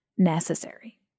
necessary